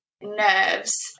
nerves